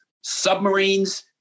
submarines